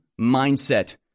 mindset